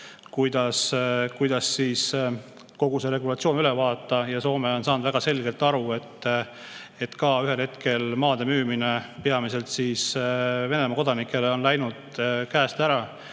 kuidas kogu see regulatsioon üle vaadata. Soome on saanud väga selgelt aru, et ühel hetkel maade müümine peamiselt Venemaa kodanikele on läinud käest ära,